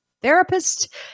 Therapist